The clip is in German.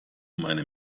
meine